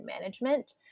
management